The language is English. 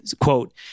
quote